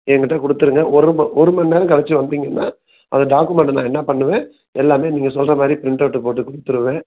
என்கிட்ட கொடுத்துருங்க ஒரு ம ஒரு மணி நேரம் கழிச்சி வந்தீங்கன்னால் அந்த டாக்குமெண்டை நான் என்ன பண்ணுவேன் எல்லாமே நீங்கள் சொல்கிற மாதிரி பிரிண்ட்அவுட்டு போட்டு கொடுத்துருவேன்